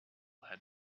had